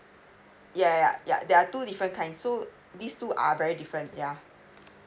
ya ya ya there are two different kind so these two are very different yeah